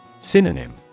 Synonym